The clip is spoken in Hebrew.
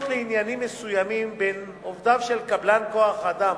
לעניינים מסוימים בין עובדיו של קבלן כוח-אדם